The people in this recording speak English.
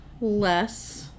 less